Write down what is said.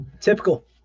Typical